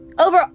over